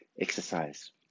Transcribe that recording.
exercise